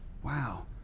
Wow